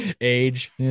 age